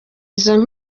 izo